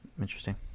interesting